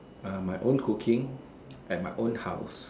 uh my own cooking at my own house